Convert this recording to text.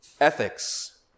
ethics